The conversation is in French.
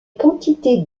quantités